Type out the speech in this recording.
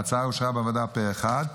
ההצעה אושרה בוועדה פה אחד,